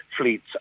fleets